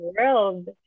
world